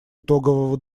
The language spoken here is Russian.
итогового